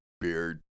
beard